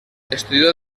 estudió